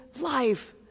life